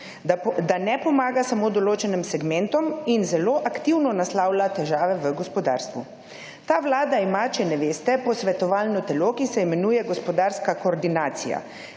da ne pomaga samo določenim segmentom in zelo aktivno naslavlja težave v gospodarstvu. Ta Vlada ima, če ne veste, posvetovalno telo, ki se imenuje gospodarska koordinacija.